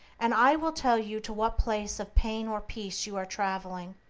and i will tell you to what place of pain or peace you are traveling,